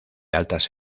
altas